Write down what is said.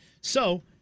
So-